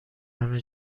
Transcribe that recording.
همه